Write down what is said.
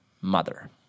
mother